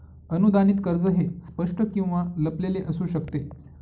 अनुदानित कर्ज हे स्पष्ट किंवा लपलेले असू शकते